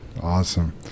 Awesome